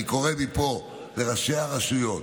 אני קורא מפה לראשי הרשויות: